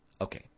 Okay